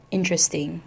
Interesting